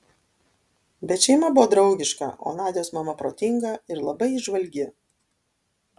bet šeima buvo draugiška o nadios mama protinga ir labai įžvalgi